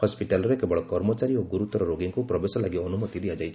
ହସ୍ପିଟାଲରେ କେବଳ କର୍ମଚାରୀ ଓ ଗୁରୁତର ରୋଗୀଙ୍କୁ ପ୍ରବେଶ ଲାଗି ଅନୁମତି ଦିଆଯାଇଛି